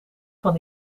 van